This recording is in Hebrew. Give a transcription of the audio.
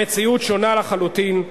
המציאות שונה לחלוטין.